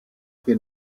que